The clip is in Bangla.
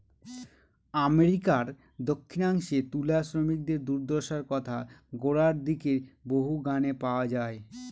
আমেরিকার দক্ষিনাংশে তুলা শ্রমিকদের দূর্দশার কথা গোড়ার দিকের বহু গানে পাওয়া যায়